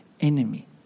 enemy